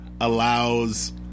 allows